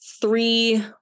three